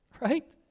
right